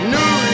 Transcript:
New